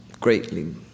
greatly